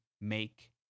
make